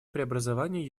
преобразований